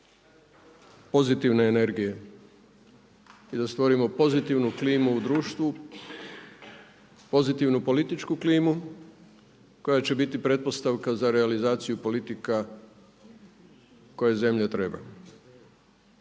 pozitivne energije i da stvorimo pozitivnu klimu u društvu, pozitivnu političku klimu koja će biti pretpostavka za realizaciju politika koje zemlja treba.